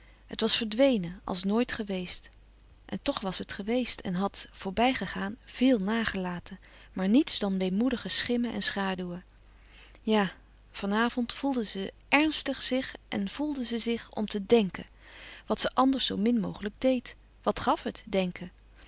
het was verdwenen als nooit geweest en toch was het geweest en had voorbijgegaan véel nagelaten maar niets dan weemoedige schimmen en schaduwen ja van avond voelde ze ernstig zich en voelde ze zich om te denken wat ze anders zoo min mogelijk deed wat gaf het denken